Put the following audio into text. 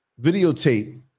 videotape